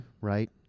Right